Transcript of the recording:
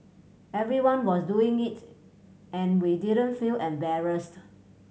everyone was doing it and we didn't feel embarrassed